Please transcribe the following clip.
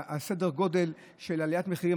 סדר הגודל של עליית המחירים,